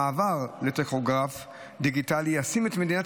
המעבר לטכוגרף דיגיטלי ישים את מדינת